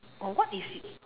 or what is